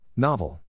Novel